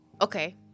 Okay